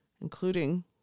including